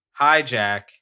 Hijack